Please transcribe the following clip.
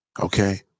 Okay